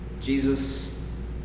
Jesus